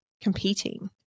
competing